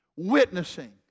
witnessing